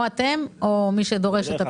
או אתם או מי שדורש את הפיצוי.